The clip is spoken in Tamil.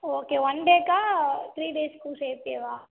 ஓகே ஒன் டேக்காக த்ரீ டேஸ்க்கும் சேர்த்தேவா